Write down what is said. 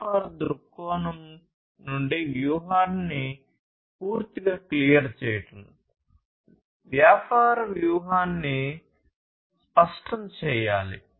వ్యాపార దృక్కోణం నుండి వ్యూహాన్ని పూర్తిగా క్లియర్ చేయడం వ్యాపార వ్యూహాన్ని స్పష్టం చేయాలి